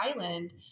island